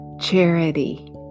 Charity